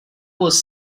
was